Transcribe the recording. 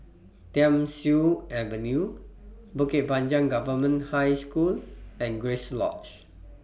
Thiam Siew Avenue Bukit Panjang Government High School and Grace Lodge